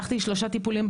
הלכתי לשלושה טיפולים,